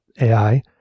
AI